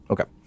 Okay